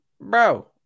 bro